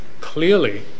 clearly